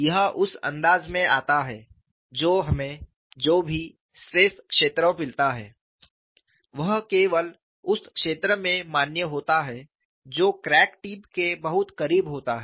यह उस अंदाज़ में आता है जो हमें जो भी स्ट्रेस क्षेत्र मिलता है वह केवल उस क्षेत्र में मान्य होता है जो क्रैक टिप के बहुत करीब होता है